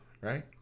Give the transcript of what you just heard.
Right